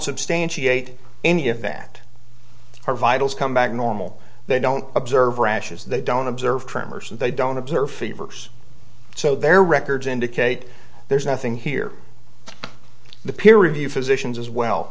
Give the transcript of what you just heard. substantiate any of that her vitals come back normal they don't observe rashes they don't observe tremors and they don't observe fevers so their records indicate there's nothing here the peer review physicians as well